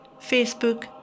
Facebook